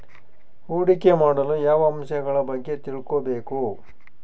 ಹೂಡಿಕೆ ಮಾಡಲು ಯಾವ ಅಂಶಗಳ ಬಗ್ಗೆ ತಿಳ್ಕೊಬೇಕು?